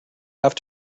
have